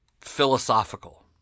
Philosophical